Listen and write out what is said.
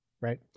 right